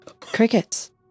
Crickets